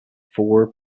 for